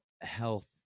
health